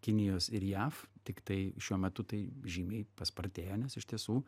kinijos ir jav tiktai šiuo metu tai žymiai paspartėjo nes iš tiesų